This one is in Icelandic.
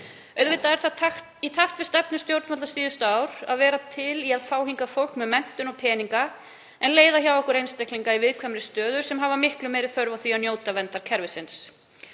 Auðvitað er það í takt við stefnu stjórnvalda síðustu ár að vera til í að fá hingað fólk með menntun og peninga en leiða hjá okkur einstaklinga í viðkvæmri stöðu sem hafa miklu meiri þörf á því að njóta verndar kerfisins.